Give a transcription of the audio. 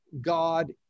God